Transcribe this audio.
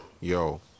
yo